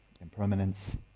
impermanence